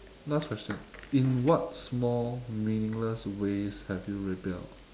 last question in what small meaningless ways have you rebelled